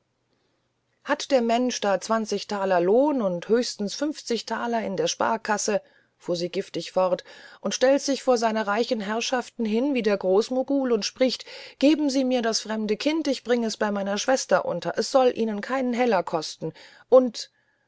hat der mensch da zwanzig thaler lohn und höchstens fünfzig thaler in der sparkasse fuhr sie giftig fort und stellt sich vor seine reiche herrschaft hin wie der großmogul und spricht geben sie mir das fremde kind ich bringe es bei meiner schwester unter es soll ihnen keinen heller kosten und